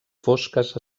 fosques